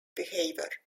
behavior